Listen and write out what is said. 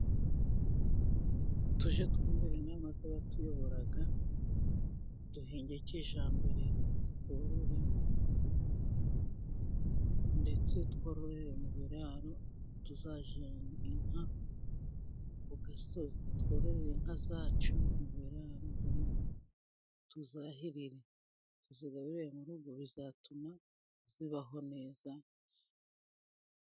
Tujye twumvira inama z'abatuyobora, duhinge kijyambere, tworore ndetse twororere mu biraro, tuzajye inka ku gasozi twororere inka zacu mu biraro byo mu rugo, tuzahirire tuzigaburire mu rugo bizatuma zibaho neza.